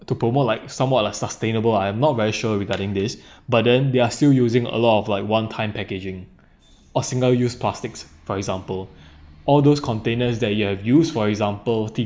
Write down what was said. to promote like somewhat like sustainable I'm not very sure regarding this but then they are still using a lot of like one time packaging of single use plastics for example all those containers that you have use for example